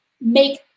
make